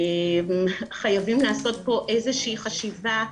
חייבים לעשות פה איזושהי חשיבה,